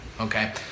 Okay